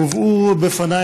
הובאו בפני,